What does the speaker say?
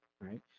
right